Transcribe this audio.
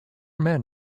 men